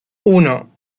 uno